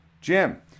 Jim